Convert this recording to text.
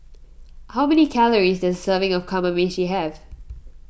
how many calories does a serving of Kamameshi have